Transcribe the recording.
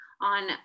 on